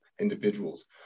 individuals